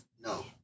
No